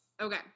Okay